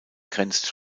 grenzt